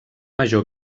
major